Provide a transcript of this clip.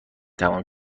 تمام